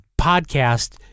podcast